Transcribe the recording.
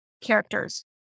characters